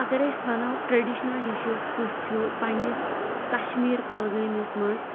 اگر أسۍ ونو ٹرٕڈِشنل ڈِشز کُس چھُ پنٕنِس کشمیٖر کۄلٕگٲمِس منٛز